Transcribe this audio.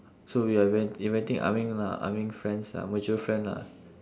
so we are invit~ inviting ah ming lah ah ming friends lah mutual friend lah